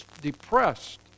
depressed